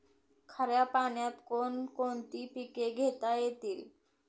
खाऱ्या पाण्यात कोण कोणती पिके घेता येतील?